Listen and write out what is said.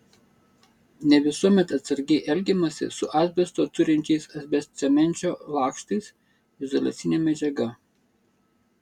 ne visuomet atsargiai elgiamasi su asbesto turinčiais asbestcemenčio lakštais izoliacine medžiaga